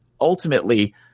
ultimately